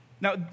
Now